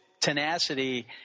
tenacity